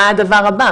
מה הדבר הבא?.